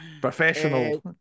Professional